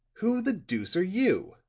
who the deuce are you?